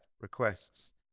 requests